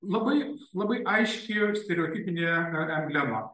labai labai aiški stereotipinė emblema